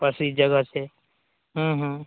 प्रसिद्ध जगह छै ह्म्म ह्म्म